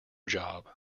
job